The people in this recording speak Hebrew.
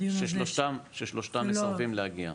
ששלושתם מסרבים להגיע.